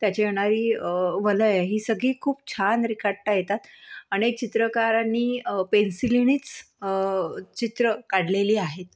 त्याचे येणारी वलय ही सगळी खूप छान रेखाटता येतात अनेक चित्रकारांनी पेन्सिलीनेच चित्र काढलेली आहेत